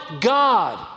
God